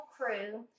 crew